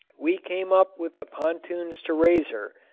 we came up with pontoons to raise her,